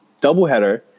doubleheader